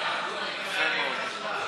דקות לרשותך.